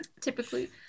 Typically